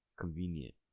Convenient